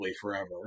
forever